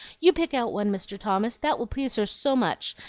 you pick out one, mr. thomas, that will please her so much,